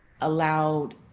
allowed